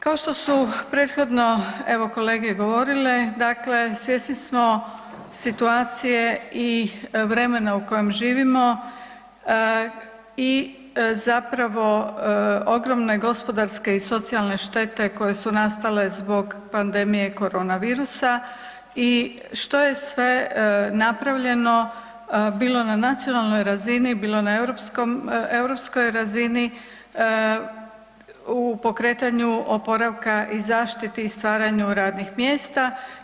Kao što su prethodno kolege govorili svjesni smo situacije i vremena u kojem živimo i zapravo ogromne gospodarske i socijalne štete koje su nastale zbog pandemije korona virusa i što je sve napravljeno bilo na nacionalnoj razini, bilo na europskoj razini u pokretanju oporavka i zaštiti i stvaranju radnih mjesta.